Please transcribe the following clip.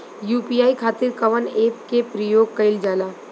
UPI खातीर कवन ऐपके प्रयोग कइलजाला?